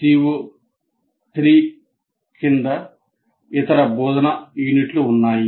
CO3 కింద ఇతర బోధనా యూనిట్లు ఉన్నాయి